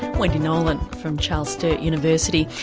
wendy nolan, from charles sturt university,